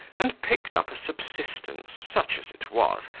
and picked up a subsistence, such as it was,